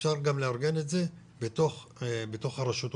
אפשר גם לארגן את זה בתוך הרשות המקומית,